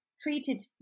treated